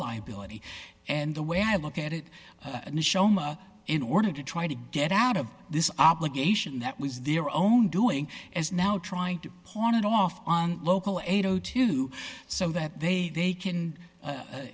liability and the way i look at it and shoma in order to try to get out of this obligation that was their own doing as now trying to pawn it off on local eight o two so that they they can